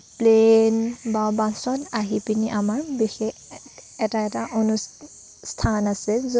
plan বা বাছত আহি পিনি আমাৰ বিশেষ এটা এটা স্থান আছে য'ত